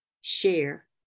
share